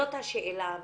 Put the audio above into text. זאת השאלה המרכזית.